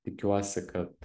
tikiuosi kad